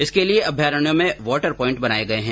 इसके लिए अभ्यारण्यों में वाटर पॉइंट बनाये गये है